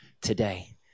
today